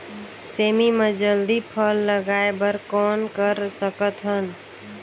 सेमी म जल्दी फल लगाय बर कौन कर सकत हन?